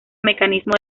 mecanismo